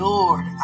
Lord